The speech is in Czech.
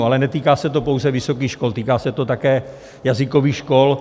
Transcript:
Ale netýká se to pouze vysokých škol, týká se to také jazykových škol.